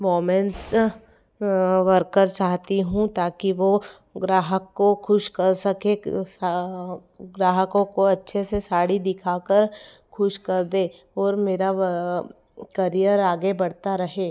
women's worker चाहती हूँ ताकि वो ग्राहक को खुश कर सके ग्राहकों को अच्छे से साड़ी दिखाकर खुश कर दे और मेरा करियर आगे बढ़ता रहे